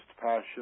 Passion